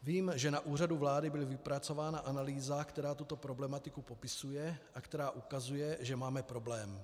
Vím, že na Úřadu vlády byl vypracována analýza, která tuto problematiku popisuje a která ukazuje, že máme problém.